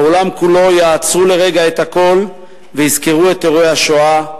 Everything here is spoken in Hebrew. בעולם כולו יעצרו לרגע את הכול ויזכרו את אירועי השואה,